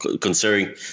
considering